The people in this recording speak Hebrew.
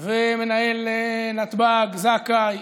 ומנהל נתב"ג זכאי,